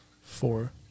four